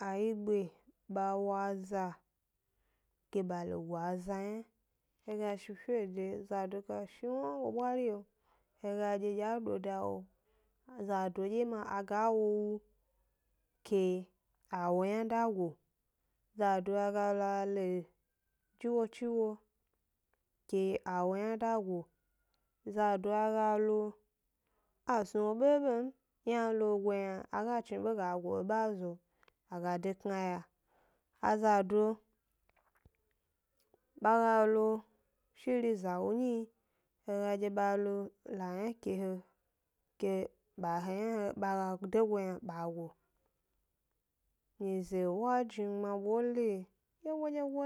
awyigbe ba wu aza ke ba lo go aza yna, he ga shi fede zado shi e wo bwario he dye a do da wo zado dye ma a ga wo wu ke a wo yna da go, zado a ga lo a lo ji wo chiwo ke a wo yna da go, zado a ga lo a ga snu wo bebe m, yna a ga go yna a chinbe ga go e be a zo hna n, azado ba ga lo shiri za wu nyi yi, he ga dye ba lo ba yna ke he ke ba he yna ba ga de go yna ba go. nyize wa jnimgbma bole dyego-dyego.